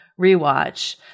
rewatch